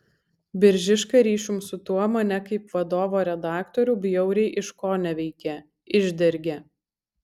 biržiška ryšium su tuo mane kaip vadovo redaktorių bjauriai iškoneveikė išdergė